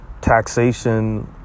taxation